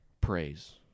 praise